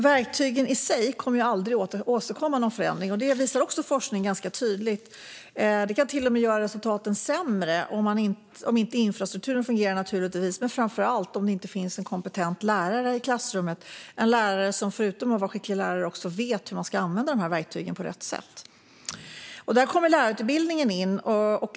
Verktygen i sig kommer aldrig att åstadkomma någon förändring; även detta visar forskning ganska tydligt. De kan till och med göra resultaten sämre om inte infrastrukturen fungerar, naturligtvis, men framför allt om det inte finns en kompetent lärare i klassrummet, som förutom att vara en skicklig lärare också vet hur dessa verktyg används på rätt sätt. Där kommer lärarutbildningen in.